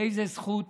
באיזו זכות